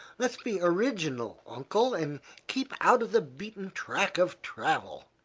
let's be original, uncle, and keep out of the beaten track of travel.